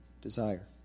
desire